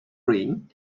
ren